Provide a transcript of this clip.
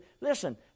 listen